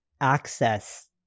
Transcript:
access